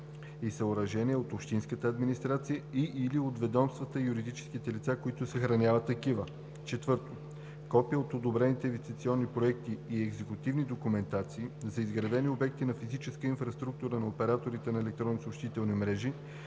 и съоръжения – от общинската администрация и/или от ведомства и юридически лица, които съхраняват такива; 4. копия от одобрените инвестиционни проекти и екзекутивни документации за изградените обекти на физическата инфраструктура на операторите на електронни съобщителни мрежи